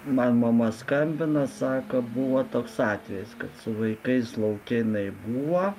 man mama skambina sako buvo toks atvejis kad su vaikais lauke jinai buvo